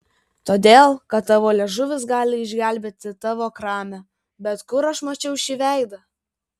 todėl kad tavo liežuvis gali išgelbėti tavo kramę bet kur aš mačiau šį veidą